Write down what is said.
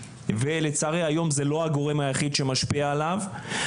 ולצערי היום זה לא הגורם היחיד שמשפיע עליו,